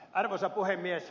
arvoisa puhemies